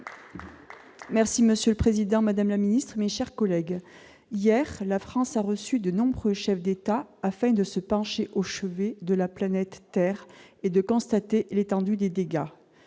Monsieur le président, madame la secrétaire d'État, mes chers collègues, hier, la France a reçu de nombreux chefs d'État afin de se pencher au chevet de la planète Terre et de constater l'étendue des dégâts.